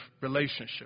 relationship